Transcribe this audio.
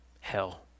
Hell